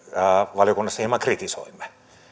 valiokunnassa hieman kritisoimme